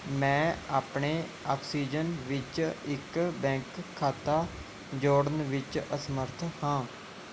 ਮੈਂ ਆਪਣੇ ਆਕਸੀਜਨ ਵਿੱਚ ਇੱਕ ਬੈਂਕ ਖਾਤਾ ਜੋੜਨ ਵਿੱਚ ਅਸਮਰੱਥ ਹਾਂ